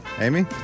Amy